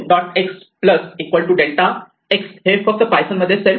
x delta x हे फक्त Python मध्ये सेल्फ